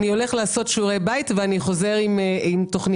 אני הולך לעשות שיעורי בית ואני חוזר עם תכנית.